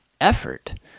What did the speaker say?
effort